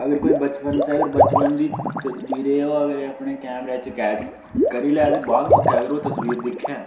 अगर कोई बचपन च अगर बचपन दी तस्वीर होऐ ओह् अगर ओह् अपने कैमरे च कैच करी लै बाद मौकै अगर ओह् तस्वीर दिक्खे